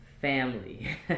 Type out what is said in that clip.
family